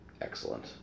excellent